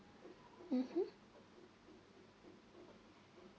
mmhmm